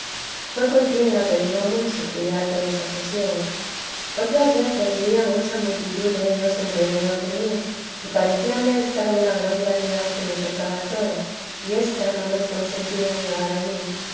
fué contienda que duró mucho y de harto desasosiego otra vez veía mucha multitud dellos en rededor de mí y parecíame estar en una gran claridad que me cercaba toda y ésta no les consentía llegar a mí